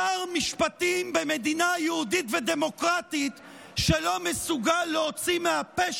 שר משפטים במדינה יהודית ודמוקרטית שלא מסוגל להוציא מהפה